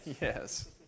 Yes